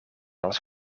als